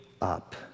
up